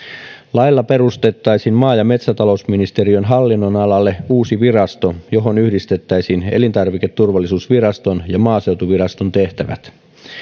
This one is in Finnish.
lailla perustettaisiin maa ja metsätalousministeriön hallinnonalalle uusi virasto johon yhdistettäisiin elintarviketurvallisuusviraston ja maaseutuviraston tehtävät